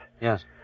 yes